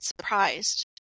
surprised